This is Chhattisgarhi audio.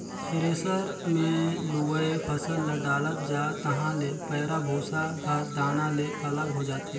थेरेसर मे लुवय फसल ल डालत जा तहाँ ले पैराःभूसा हर दाना ले अलग हो जाथे